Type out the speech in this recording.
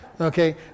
Okay